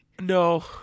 No